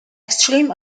xtreme